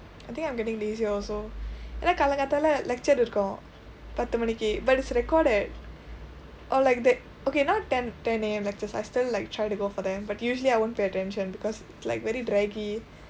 I think I'm getting lazier also ஏனா காலை காத்தால:eenaa kaalai kaathaala lecture இருக்கும் பத்து மணிக்கு:irukkum pathu manikku but it's recorded or like that okay now ten ten A_M lectures I still like try to go for them but usually I won't pay attention because like very draggy